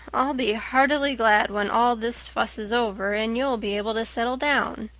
i'll be heartily glad when all this fuss is over and you'll be able to settle down.